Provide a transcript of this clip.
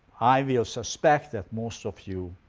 i will suspect that most of you